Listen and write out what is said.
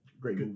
Great